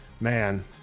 man